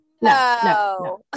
No